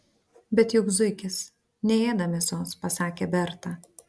bet juk zuikis neėda mėsos pasakė berta